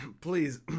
Please